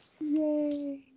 Yay